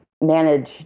manage